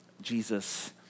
Jesus